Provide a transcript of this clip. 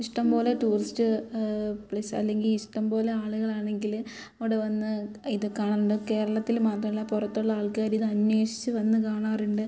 ഇഷ്ടംപോലെ tourist place അല്ലെങ്കിൽ ഇഷ്ടംപോലെ ആളുകളാണെങ്കിൽ അവിടെ വന്ന് ഇത് കാണുന്നു കേരളത്തിൽ മാത്രമല്ല പുറത്തുള്ള ആൾക്കാർ ഇതന്വേഷിച്ച് വന്ന് കാണാറുണ്ട്